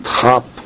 top